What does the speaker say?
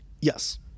Yes